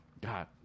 God